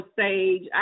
stage